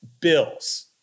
Bills